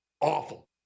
awful